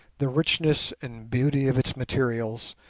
the richness and beauty of its materials,